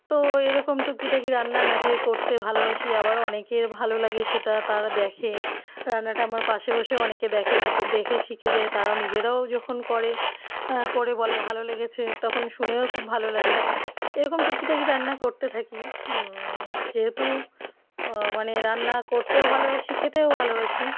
তো এরকম টুকিটাকি রান্না নিজে করতে ভালোবাসি আবার অনেকে ভালো লাগে সেটা তারা দেখে রান্নাটা আমার পাশে বসেও অনেকে দেখে দিখে দেখে শিখে যায় তারা নিজেরাও যখন করে করে বলে ভালো লেগেছে তখন শুনেও খুব ভালো লাগে এরকম টুকিটাকি রান্না করতে থাকি যেহেতু মানে রান্না করতেও ভালোবাসি খেতেও ভালোবাসি